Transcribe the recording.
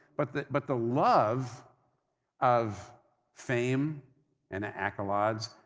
but the but the love of fame and the accolades,